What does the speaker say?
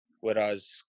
Whereas